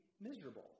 miserable